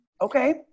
Okay